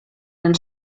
den